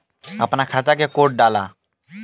अपना खाता के कोड डाला